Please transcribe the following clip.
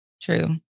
true